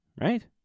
right